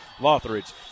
Lothridge